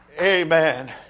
Amen